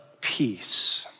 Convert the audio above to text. peace